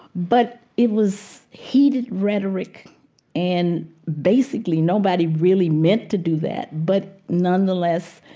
but it was heated rhetoric and basically nobody really meant to do that but nonetheless,